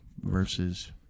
versus